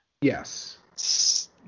Yes